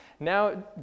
Now